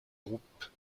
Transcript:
groupes